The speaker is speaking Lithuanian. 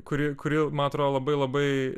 kuri kuri man atrodo labai labai